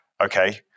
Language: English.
okay